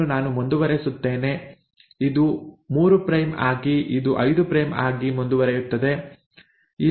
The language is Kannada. ಇದನ್ನು ನಾನು ಮುಂದುವರಿಸುತ್ತೇನೆ ಇದು 3 ಪ್ರೈಮ್ ಆಗಿ ಇದು 5 ಪ್ರೈಮ್ ಆಗಿ ಮುಂದುವರಿಯುತ್ತದೆ